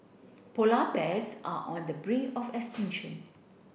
polar bears are on the brink of extinction